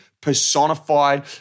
personified